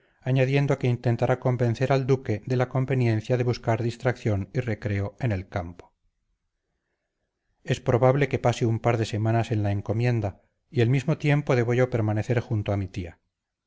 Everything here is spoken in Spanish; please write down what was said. añadiendo que intentará convencer al duque de la conveniencia de buscar distracción y recreo en el campo es probable que pase un par de semanas en la encomienda y el mismo tiempo debo yo permanecer junto a mi tía